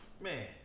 Man